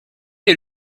est